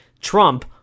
Trump